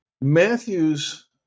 Matthew's